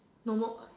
no more